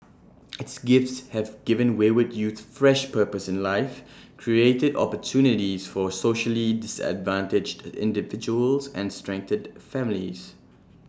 its gifts have given wayward youth fresh purpose in life created opportunities for socially disadvantaged individuals and strengthened families